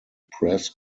press